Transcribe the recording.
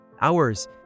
Hours